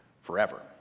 forever